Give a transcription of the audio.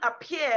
appear